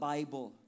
Bible